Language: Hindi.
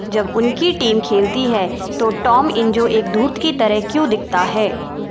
जब उनकी टीम खेलती है तो टॉम इज़ो एक धूर्त की तरह क्यों दिखता है